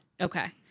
Okay